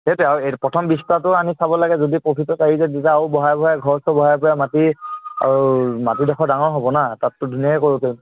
সেইটোৱে আৰু এই প্ৰথম বিস্তাৰটো আনি চাব লাগে যদি প্ৰফিটত আহি যায় তেতিয়া আৰু বঢ়াই বঢ়াই ঘৰটো বঢ়াই বঢ়াই মাটি আৰু মাটিডোখৰ ডাঙৰ হ'ব না তাততো ধুনীয়াকৈ কৰিব পাৰিম